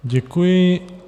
Děkuji.